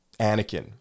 Anakin